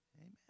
Amen